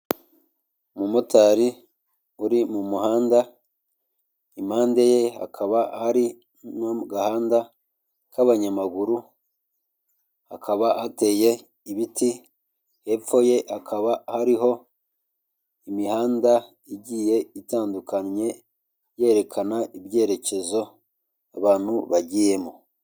Umumotari uri mu muhanda, impande ye hakaba hari no mu gahanda k'abanyamaguru hakaba hateye ibiti, hepfo ye hakaba hariho imihanda igiye itandukanye, yerekana ibyerekezo abantu bagiyemo.